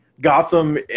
Gotham